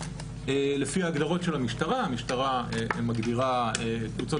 לפי הגדרות של המשטרה שמגדירה קבוצות